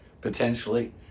potentially